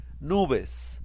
nubes